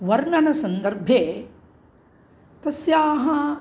वर्णनसन्दर्भे तस्याः